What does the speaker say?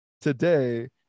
Today